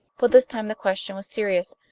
but this time the question was serious,